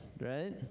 right